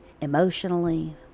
emotionally